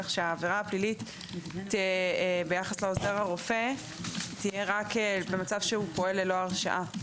כך שהעבירה הפלילית ביחס לעוזר הרופא תהיה רק במצב שהוא פועל ללא הרשאה.